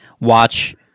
watch